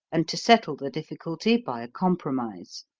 and to settle the difficulty by a compromise.